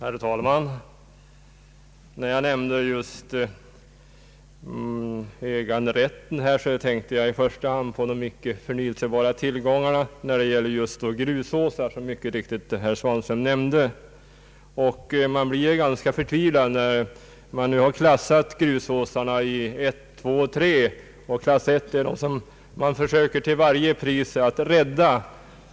Herr talman! När jag nämnde äganderätten tänkte jag i första hand på de icke förnyelsebara tillgångarna, t.ex. grusåsar, som även herr Svanström tänkte på. Man har nu klassat grusåsarna i tre grupper, 1, 2 och 3. Klass 1 försöker man till varje pris att rädda.